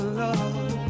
love